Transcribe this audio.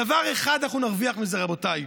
דבר אחד נרוויח מזה, רבותיי.